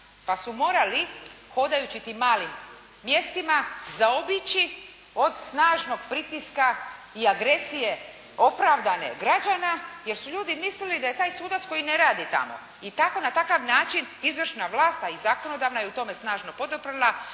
pa su morali hodajući tim malim mjestima zaobići od snažnog pritiska i agresije opravdane građana jer su ljudi mislili da je taj sudac koji ne radi tamo i tako na takav način izvršna vlast, a i zakonodavna je u tome snažno poduprla